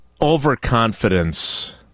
overconfidence